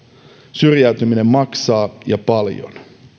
syrjäytyminen maksaa ja paljon